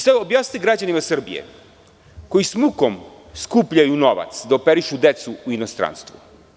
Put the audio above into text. Sada objasnite građanima Srbije koji sa mukom skupljaju novac da decu operišu u inostranstvu.